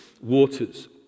waters